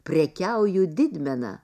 prekiauju didmena